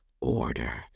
order